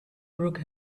broke